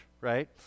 right